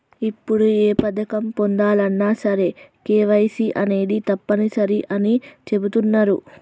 ఇప్పుడు ఏ పథకం పొందాలన్నా సరే కేవైసీ అనేది తప్పనిసరి అని చెబుతున్నరు